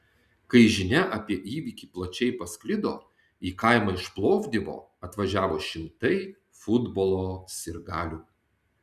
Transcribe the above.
kai žinia apie įvykį plačiai pasklido į kaimą iš plovdivo atvažiavo šimtai futbolo sirgalių